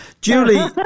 Julie